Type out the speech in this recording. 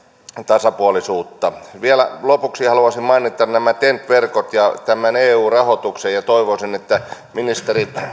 tasapuolisuutta vielä lopuksi haluaisin mainita nämä ten t verkot ja tämän eu rahoituksen ja toivoisin että ministeri